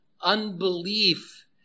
unbelief